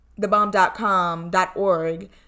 thebomb.com.org